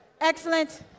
Excellent